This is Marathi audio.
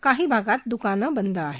काही भागात दुकानं बंद आहेत